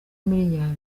miliyari